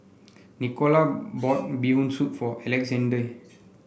Nicola bought Bee Hoon Soup for Alexande